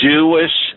Jewish